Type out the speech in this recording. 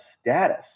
status